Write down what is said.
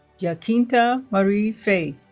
yeah jacinta marie fey